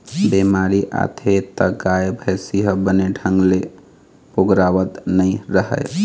बेमारी आथे त गाय, भइसी ह बने ढंग ले पोगरावत नइ रहय